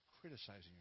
criticizing